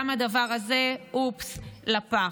גם הדבר הזה, אופס, לפח.